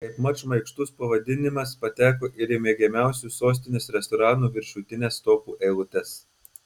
kaip mat šmaikštus pavadinimas pateko ir į mėgiamiausių sostinės restoranų viršutines topų eilutes